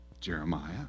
Jeremiah